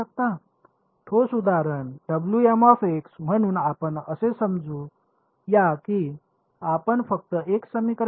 ठोस उदाहरण म्हणून आपण असे समजू या की आपण फक्त 1 समीकरण बघू